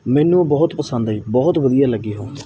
ਮੈਨੂੰ ਬਹੁਤ ਪਸੰਦ ਆਈ ਬਹੁਤ ਵਧੀਆ ਲੱਗੀ ਉਹ